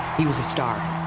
he was a star.